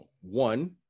One